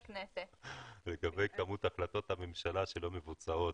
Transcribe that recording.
לגבי מספר החלטות הממשלה שלא מבוצעות.